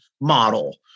model